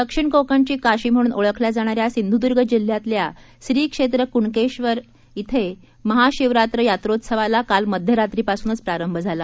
दक्षिण कोकणची काशी म्हणून ओळखल्या जाणाऱ्या सिंधुर्द्रा जिल्ह्यातल्या श्री क्षेत्र कुणकेश्वर महाशिवरात्री यात्रोत्सवाला काल मध्यरात्रीपासून प्रारंभ झाला